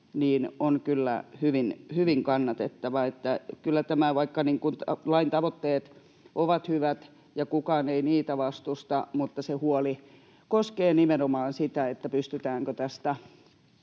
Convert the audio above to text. on kyllä hyvin, hyvin kannatettava. Vaikka lain tavoitteet ovat hyvät ja kukaan ei niitä vastusta, se huoli koskee nimenomaan sitä, pystytäänkö tästä